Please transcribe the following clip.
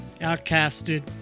outcasted